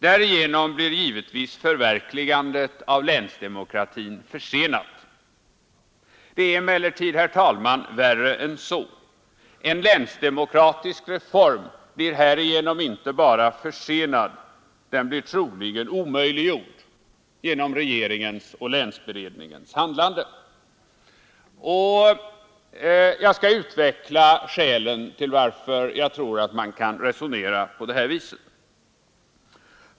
Därigenom blir givetvis förverkligandet av länsdemokratin försenat. Det är emellertid, herr talman, värre än så. En länsdemokratisk reform blir härigenom inte bara försenad, den blir troligen omöjliggjord genom regeringens och länsberedningens handlande. Och jag skall utveckla skälen till att jag tror att man kan resonera på det här viset.